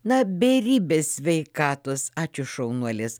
na beribės sveikatos ačiū šaunuolės